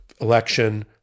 election